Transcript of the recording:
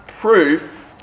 proof